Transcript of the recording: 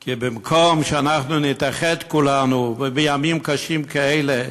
כי במקום שאנחנו נתאחד כולנו, ובימים קשים כאלה,